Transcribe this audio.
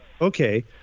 Okay